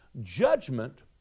judgment